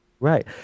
Right